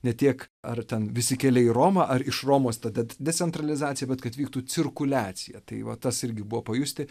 ne tiek ar ten visi keliai į romą ar iš romos tada decentralizacija bet kad vyktų cirkuliacija tai va tas irgi buvo pajusti